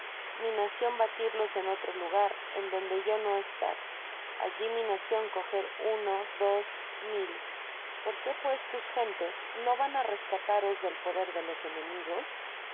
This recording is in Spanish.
mi nacion batirlos en otro lugar en donde yo no estar alli mi nacion coger uno dos mil por qué pues tus gentes no van á rescataros del poder de los enemigos